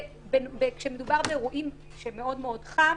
כשמדובר באירועים שמאוד מאוד חם,